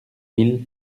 mille